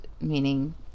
meaning